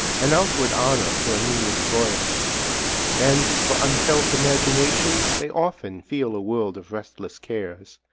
an outward honour for an inward toil and, for unfelt imaginations, they often feel a world of restless cares